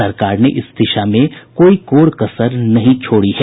सरकार ने इस दिशा में कोई कोर कसर नहीं छोड़ी है